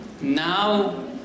now